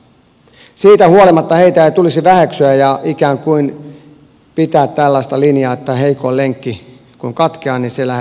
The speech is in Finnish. siitä huolimatta heitä ei tulisi väheksyä ja ikään kuin pitää tällaista linjaa että heikoin lenkki kun katkeaa niin se lähetetään kotiin